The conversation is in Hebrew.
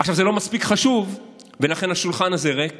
עכשיו זה לא מספיק חשוב, ולכן השולחן הזה ריק